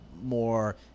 more